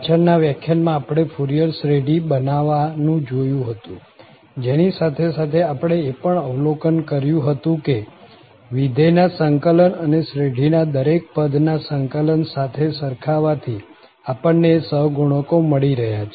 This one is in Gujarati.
પાછળ ના વ્યાખ્યાનમાં આપણે ફુરિયર શ્રેઢી બનાવવા નું જોયું હતું જેની સાથે સાથે આપણે એ પણ અવલોકન કર્યું હતું કે વિધેય ના સંકલન અને શ્રેઢીના દરેક પદ ના સંકલન સાથે સરખાવવા થી આપણને એ સહગુણકો મળી રહ્યા છે